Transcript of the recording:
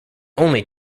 only